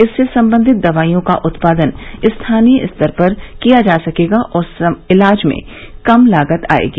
इससे संबंधित दवाइयों का उत्पादन स्थानीय स्तर पर किया जा सकेगा और इलाज में कम लागत आएगी